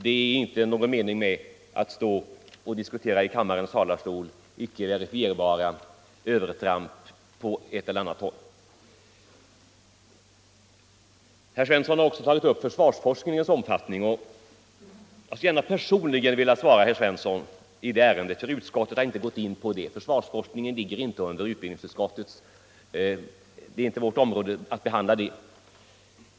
Det är ingen mening att i kammarens talarstol diskutera icke verifierbara övertramp på ett eller annat håll. Herr Svensson har också tagit upp försvarsforskningens omfattning, och jag skulle gärna personligen vilja svara herr Svensson i det avseendet, eftersom utskottet inte gått in på saken. Försvarsforskningen sorterar inte under utbildningsutskottet.